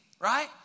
right